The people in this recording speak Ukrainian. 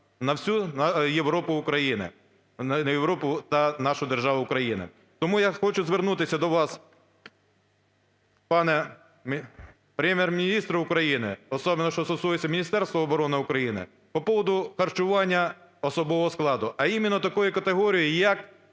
на всю Європу… Україну… на Європу та нашу державу Україну. Тому я хочу звернутися до вас, пане Прем'єр-міністре України, особенно, що стосується Міністерства оборони України по поводу харчування особового складу, а іменно такої категорії як